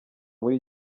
muri